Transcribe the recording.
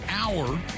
hour